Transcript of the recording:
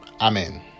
Amen